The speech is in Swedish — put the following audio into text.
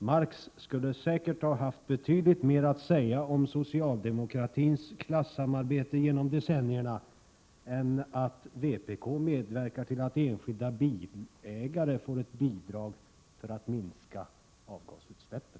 Marx skulle säkert ha haft betydligt mer att säga om socialdemokratins klassamarbete genom decennierna än att vpk medverkar till att enskilda bilägare får ett bidrag för att minska avgasutsläppen.